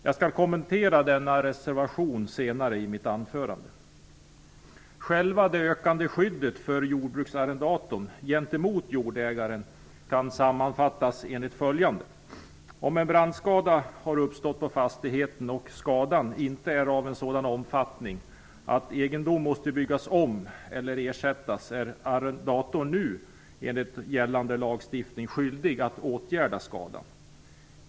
Jag skall senare i mitt anförande kommentera denna reservation. Ökningen av skyddet för jordbruksarrendatorn gentemot jordägaren kan sammanfattas på följande sätt. Om en brandskada har uppstått på fastigheten och skadan inte är av en sådan omfattning att egendom måste byggas om eller ersättas, är arrendatorn enligt nu gällande lagstiftning skyldig att åtgärda skadan.